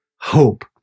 hope